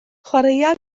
chwaraea